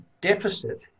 deficit